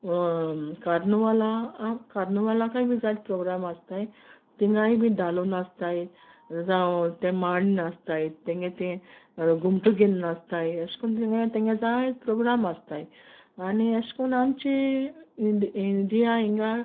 कार्नवाला कार्नवालाकूय बी जायत प्रोग्राम आसताय तिंगाय बी धालो नाचताय जावं ते मांड नाचताय तेंगे तीं घुमट घेन नाचताय अेशकोन्न तिंगा तेंगे जायत प्रोग्राम आसताय आनी अेशकोन्न आमची इंडिया इंगा